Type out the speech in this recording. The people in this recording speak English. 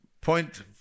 point